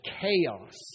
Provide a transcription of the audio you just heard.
chaos